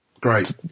Great